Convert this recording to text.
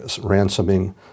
ransoming